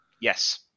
Yes